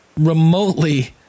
remotely